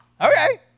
okay